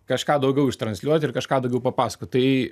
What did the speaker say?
kažką daugiau ištransliuoti ir kažką daugiau papasakot tai